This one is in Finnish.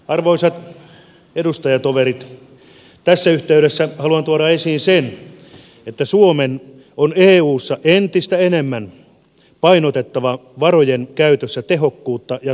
arvoisat edustajatoverit tässä yhteydessä haluan tuoda esiin sen että suomen on eussa entistä enemmän painotettava varojen käytössä tehokkuutta ja tuloksellisuutta